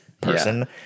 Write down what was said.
person